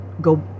Go